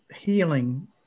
healing